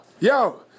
Yo